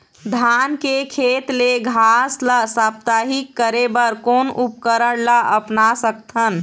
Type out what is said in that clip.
धान के खेत ले घास ला साप्ताहिक करे बर कोन उपकरण ला अपना सकथन?